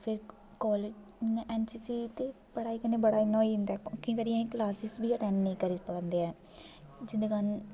फिर कॉलेज इ'यां N C C ते पढ़ाई कन्नै बड़ा इ'यां होई जंदा केईं बारी अस क्लॉसेज़ बी अटेंड निं करी पांदे ऐ जिं'दे कारण